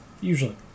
usually